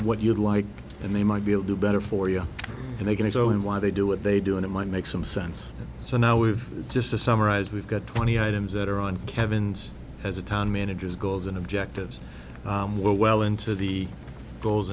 what you'd like and they might be able do better for you and they can go in why they do what they do and it might make some sense so now we've just to summarize we've got twenty items that are on kevin's as a town manager's goals and objectives were well into the goals